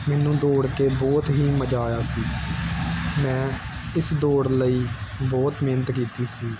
ਮੈਨੂੰ ਦੌੜ ਕੇ ਬਹੁਤ ਹੀ ਮਜ਼ਾ ਆਇਆ ਸੀ ਮੈਂ ਇਸ ਦੌੜ ਲਈ ਬਹੁਤ ਮਿਹਨਤ ਕੀਤੀ ਸੀ